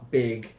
big